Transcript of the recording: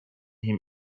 him